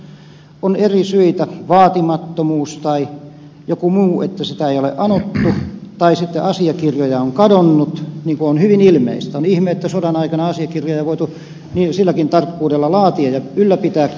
jos on eri syitä vaatimattomuus tai joku muu että sitä ei ole anottu tai sitten asiakirjoja on kadonnut niin kuin on hyvin ilmeistä että ei ole mikään ihme että niitä on voinut myöskin kadota on ihme että sodan aikana asiakirjoja on voitu silläkin tarkkuudella laatia ja ylläpitää